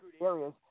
areas